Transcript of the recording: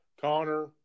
Connor